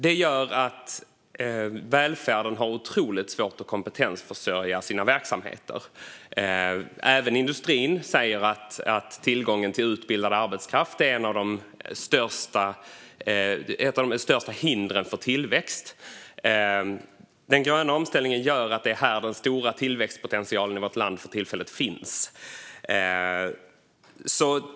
Det gör att välfärden har otroligt svårt att kompetensförsörja sina verksamheter. Även industrin säger att tillgången till utbildad arbetskraft är ett av de största hindren för tillväxt. Den gröna omställningen gör att det är här den stora tillväxtpotentialen i vårt land för tillfället finns.